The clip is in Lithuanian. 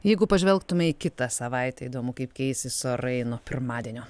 jeigu pažvelgtume į kitą savaitę įdomu kaip keisis orai nuo pirmadienio